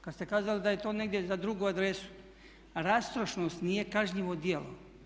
Kad ste kazali da je to negdje za drugu adresu rastrošnost nije kažnjivo djelo.